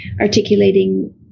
articulating